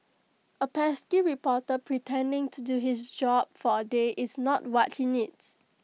A pesky reporter pretending to do his job for A day is not what he needs